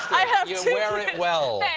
you wear it well.